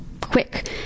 quick